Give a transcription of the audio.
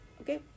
okay